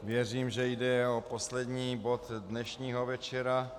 Věřím, že jde o poslední bod dnešního večera.